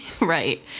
Right